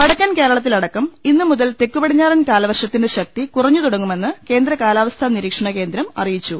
വടക്കൻ കേരളത്തിലടക്കം ഇന്നു മുതൽ തെക്കുപടിഞ്ഞാറൻ കാല വർഷത്തിന്റെ ശക്തി കുറഞ്ഞു തുടങ്ങുമെന്ന് കേന്ദ്ര കാലാവസ്ഥാ നിരീക്ഷണകേന്ദ്രം അറി യിച്ചു